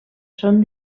són